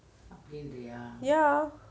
ya